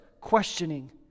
questioning